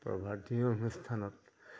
প্ৰভাতী অনুষ্ঠানত